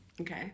Okay